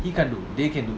he can't do they can do